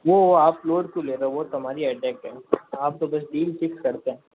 वो आप लोड क्यों ले रहे हो वो तो हमारी हेडेक है अब तो बस डील फिक्स करते हैं